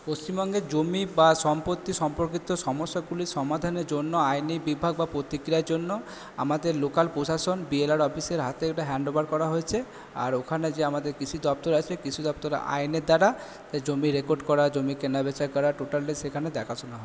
পশ্চিমবঙ্গের জমি বা সম্পত্তি সম্পর্কিত সমস্যাগুলি সমাধানের জন্য আইনি বিভাগ বা প্রতিক্রিয়ার জন্য আমাদের লোকাল প্রশাসন বি এল আর ও অফিসের হাতে ওটা হ্যান্ডওভার করা হয়েছে আর ওখানে যে আমাদের কৃষি দপ্তর আছে কৃষি দপ্তরের আইনের দ্বারা সেই জমির রেকর্ড করা জমি কেনা বেচা করার টোটালটাই সেখানে দেখা শোনা হয়